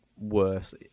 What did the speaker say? worse